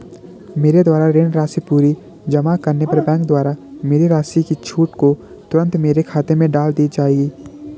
मेरे द्वारा ऋण राशि पूरी जमा करने पर बैंक द्वारा मेरी राशि की छूट को तुरन्त मेरे खाते में डाल दी जायेगी?